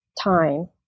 time